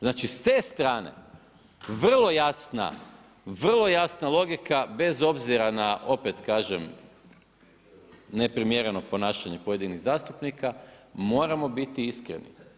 Znači s te strane, vro jasna logika bez obzira na, opet kažem neprimjereno ponašanje pojedinih zastupnika, moramo biti iskreni.